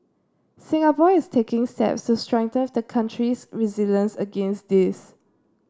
Singapore is taking steps to strengthen the country's resilience against this